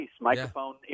microphone